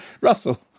Russell